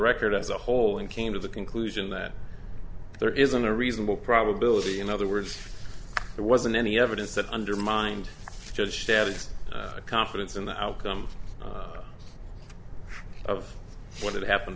record as a whole and came to the conclusion that there isn't a reasonable probability in other words there wasn't any evidence that undermined judge have confidence in the outcome of what had happened